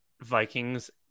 Vikings